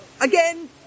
again